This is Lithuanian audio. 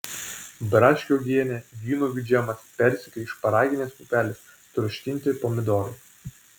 braškių uogienė vynuogių džemas persikai šparaginės pupelės troškinti pomidorai